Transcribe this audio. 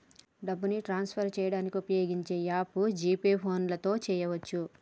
డబ్బుని ట్రాన్స్ఫర్ చేయడానికి ఉపయోగించే యాప్ జీ పే సెల్ఫోన్తో చేయవచ్చు